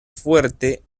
fuerte